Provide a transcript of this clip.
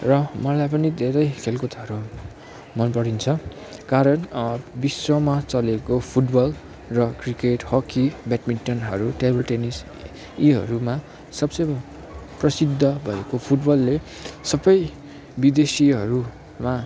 र मलाई पनि धेरै खेलकुदहरू मनपरिन्छ कारण विश्वमा चलेको फुटबल र क्रिकेट हकी बेडमिन्टनहरू टेबलटेनिस यीहरूमा सबसे प्रसिद्ध भएको फुटबलले सबै विदेशीहरूमा